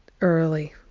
early